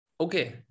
Okay